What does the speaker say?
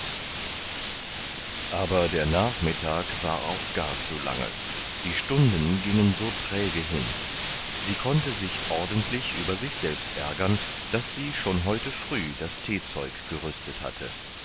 aber der nachmittag war auch gar zu lange die stunden gingen so träge hin sie konnte sich ordentlich über sich selbst ärgern daß sie schon heute früh das teezeug gerüstet hatte